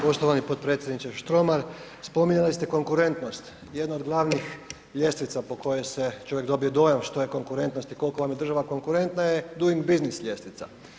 Poštovani potpredsjedniče Štromar, spominjali ste konkurentnost, jedna od glavnih ljestvica po kojoj čovjek dobije dojam što je konkurentnost i koliko vam je država konkurentna je doing business ljestvica.